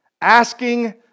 asking